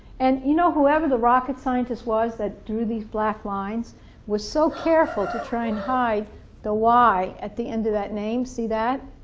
and you know whoever the rocket scientist was that drew these black lines was so careful to try and hide the y at the end that name, see that?